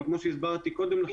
אבל כאמור,